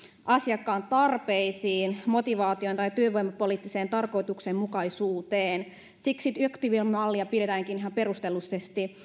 asiakkaan tarpeisiin motivaatioon tai työvoimapoliittiseen tarkoituksenmukaisuuteen siksi aktiivimallia pidetäänkin ihan perustellusti